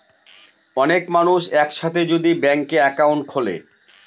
অনেক মানুষ এক সাথে যদি ব্যাংকে একাউন্ট খুলে